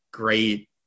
great